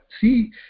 see